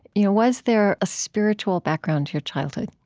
you know was there a spiritual background to your childhood?